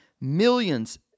millions